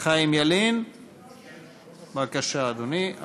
חיים ילין, בבקשה, אדוני.